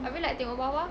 habis like tengok bawah